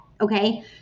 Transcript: Okay